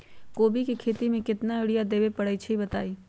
कोबी के खेती मे केतना यूरिया देबे परईछी बताई?